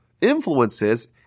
influences